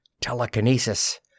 Telekinesis